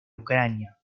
ucrania